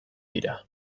dira